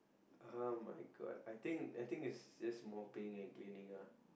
[oh]-my-god I think I think is is mopping and cleaning ah